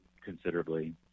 considerably